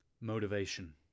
Motivation